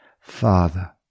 Father